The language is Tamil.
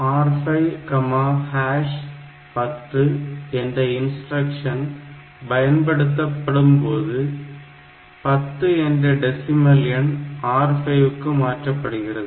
Mov R510 என்ற இன்ஸ்டிரக்ஷன் பயன்படுத்தப்படும்போது 10 என்ற டெசிமல் எண் R5 க்கு மாற்றப்படுகிறது